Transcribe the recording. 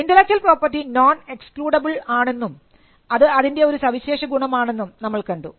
intellectual property non excludable ആണെന്നും അത് അതിൻറെ ഒരു ഒരു സവിശേഷ ഗുണം ആണെന്നും നമ്മൾ കണ്ടു